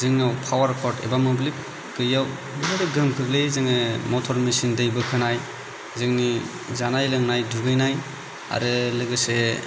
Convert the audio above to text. जोंनाव पावार कर्ड एबा मोब्लिब गैयिआव एरैबायदि गोहोम गोग्लैयो जोङो मटर मेचिन दै बोखोनाय जोंनि जानाय लोंनाय दुगैनाय आरो लोगोसे